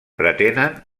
pretenen